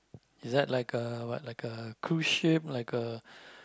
is that like a what like a cruise ship like a